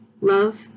love